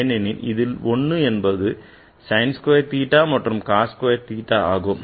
ஏனெனில் இதில் 1 என்பது sin square theta மற்றும் cos square theta ஆகும்